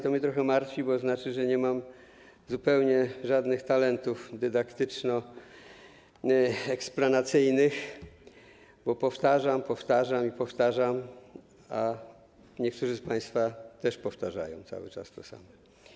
To mnie trochę martwi, bo znaczy, że zupełnie nie mam żadnych talentów dydaktyczno-eksplanacyjnych, bo powtarzam, powtarzam i powtarzam, a niektórzy z państwa też powtarzają - cały czas to samo.